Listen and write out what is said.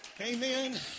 Amen